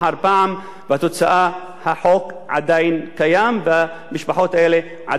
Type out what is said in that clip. החוק עדיין קיים והמשפחות האלה עדיין בסכנת קריסה מוחלטת.